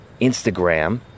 Instagram